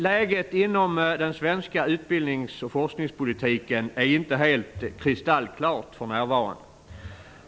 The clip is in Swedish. Läget inom den svenska utbildningsoch forskningspolitiken är inte helt kristallklart för närvarande.